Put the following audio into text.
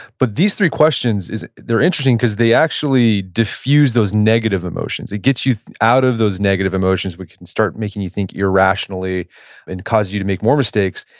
but these three questions, they're interesting, because they actually diffuse those negative emotions. it gets you out of those negative emotions which can start making you think irrationally and cause you to make more mistakes,